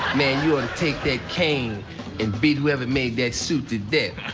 man, you ought to take that cane and beat whoever made the suit to death